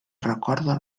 recorda